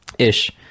ish